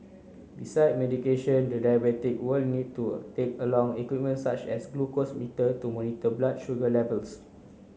besides medication the diabetic will need to take along equipment such as a glucose meter to monitor blood sugar levels